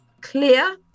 clear